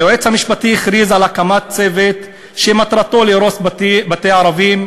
היועץ המשפטי הכריז על הקמת צוות שמטרתו להרוס בתי ערבים